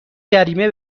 جریمه